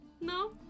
No